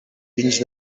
pins